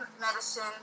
medicine